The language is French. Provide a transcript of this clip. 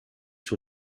sur